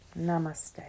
Namaste